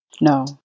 No